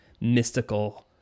mystical